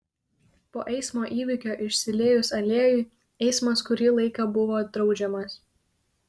po eismo įvykio išsiliejus aliejui eismas kurį laiką buvo draudžiamas